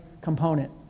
component